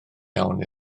iawn